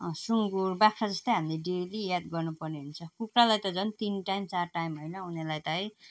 सुँगुर बाख्रा जस्तो हामीले डेली याद गर्नु पर्ने हुन्छ कुखुरालाई त झन् तिन टाइम चार टाइम होइन उनीहरूलाई त है